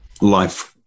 life